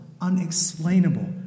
unexplainable